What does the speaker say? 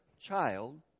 child